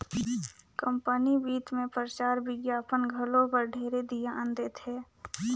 company बित मे परचार बिग्यापन घलो बर ढेरे धियान देथे